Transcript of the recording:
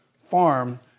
farm